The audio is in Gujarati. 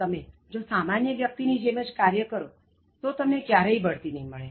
તમે જો સામાન્ય વ્યક્તિની જેમ જ કાર્ય કરો તો તમને ક્યારેય બઢતી નહી મળે